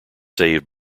saved